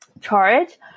charge